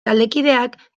taldekideak